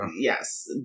Yes